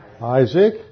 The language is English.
Isaac